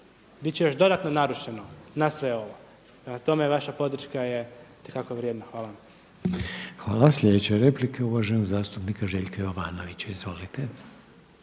će još dodatno narušeno na sve ovo. Prema tome vaša podrška je itekako vrijedna. Hvala vam. **Reiner, Željko (HDZ)** Hvala. Sljedeća je replika uvaženog zastupnika Željka Jovanovića. Izvolite.